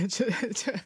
čia čia